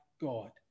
God